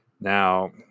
Now